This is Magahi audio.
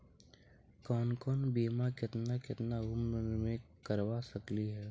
कौन कौन बिमा केतना केतना उम्र मे करबा सकली हे?